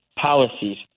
policies